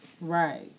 Right